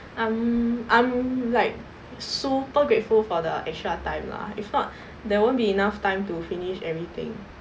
mm I'm like super grateful for the extra time lah if not there won't be enough time to finish everything